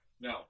No